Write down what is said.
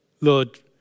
Lord